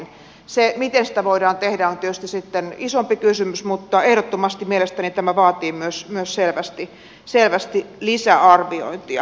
se miten sitä voidaan tehdä on tietysti sitten isompi kysymys mutta ehdottomasti mielestäni tämä vaatii myös selvästi lisäarviointia